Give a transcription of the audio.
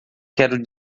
quero